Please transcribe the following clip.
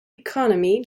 economy